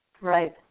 Right